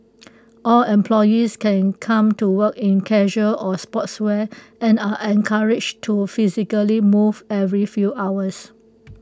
all employees can come to work in casual or sportswear and are encouraged to physically move every few hours